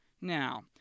Now